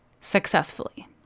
successfully